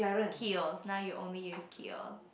Khiel's's's now you only use Khiel's's